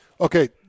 Okay